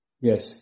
Yes